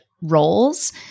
roles